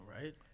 right